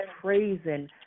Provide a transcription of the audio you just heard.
praising